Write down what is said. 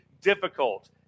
difficult